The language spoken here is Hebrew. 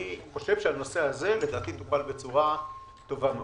לדעתי הנושא הזה טופל בצורה טובה מאוד.